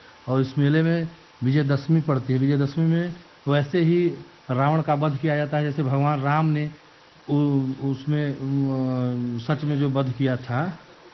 और इस मेले में विजय दशमी पड़ती है विजय दशमी में वैसे ही रावण का वध किया जाता है जैसे भगवान राम ने उसमें सच में जो वध किया था